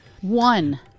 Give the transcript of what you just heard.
One